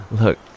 Look